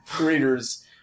readers